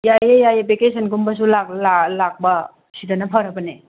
ꯌꯥꯏꯌꯦ ꯌꯥꯏꯌꯦ ꯕꯦꯀꯦꯁꯟꯒꯨꯝꯕꯁꯨ ꯂꯥꯛꯄ ꯁꯤꯗꯅ ꯐꯔꯕꯅꯦ